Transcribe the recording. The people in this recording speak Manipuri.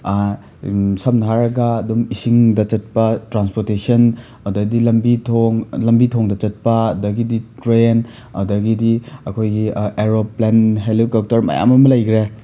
ꯁꯝꯅ ꯍꯥꯏꯔꯒ ꯑꯗꯨꯝ ꯏꯁꯤꯡꯗ ꯆꯠꯄ ꯇ꯭ꯔꯥꯟꯁꯄꯣꯔꯇꯦꯁꯟ ꯑꯗꯩꯗꯤ ꯂꯝꯕꯤ ꯊꯣꯡ ꯂꯝꯕꯤ ꯊꯣꯡꯗ ꯆꯠꯄ ꯑꯗꯒꯤꯗꯤ ꯇ꯭ꯔꯦꯟ ꯑꯗꯒꯤꯗꯤ ꯑꯩꯈꯣꯏꯒꯤ ꯑꯦꯔꯣꯄ꯭ꯂꯦꯟ ꯍꯦꯂꯤꯀꯣꯞꯇꯔ ꯃꯌꯥꯝ ꯑꯃ ꯂꯩꯈ꯭ꯔꯦ